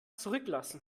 zurücklassen